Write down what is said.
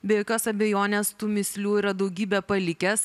be jokios abejonės tų mįslių yra daugybę palikęs